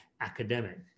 academic